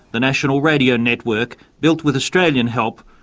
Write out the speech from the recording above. the national radio network built with australian help,